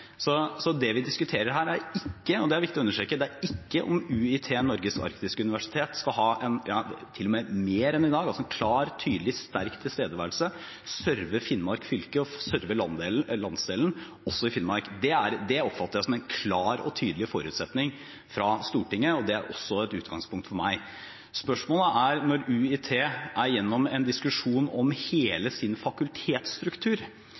Så det vi diskuterer her – og det er viktig å understreke – er ikke om UiT – Norges arktiske universitet skal ha en klar, tydelig og sterk tilstedeværelse også i Finnmark, til og med mer enn i dag, serve Finnmark fylke og serve landsdelen. Det oppfatter jeg som en klar og tydelig forutsetning fra Stortinget, og det er også et utgangspunkt for meg. Spørsmålet er: Når UiT er gjennom en diskusjon om